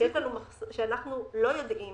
שאנחנו לא יודעים